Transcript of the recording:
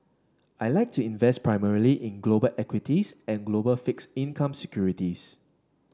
I like to invest primarily in global equities and global fixed income securities